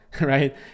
Right